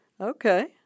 Okay